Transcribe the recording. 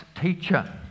teacher